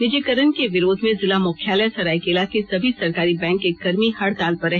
निजीकरण के विरोध में जिला मुख्यालय सरायकेला के सभी सरकारी बैंक के कर्मी हड़ताल पर रहे